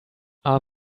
are